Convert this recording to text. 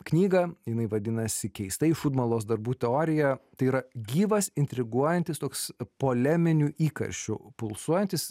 knyga jinai vadinasi keistai šūdmalos darbų teorija tai yra gyvas intriguojantis toks poleminiu įkarščiu pulsuojantis